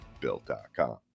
built.com